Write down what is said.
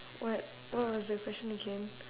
what what was the question again